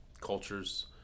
cultures